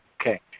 okay